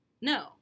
no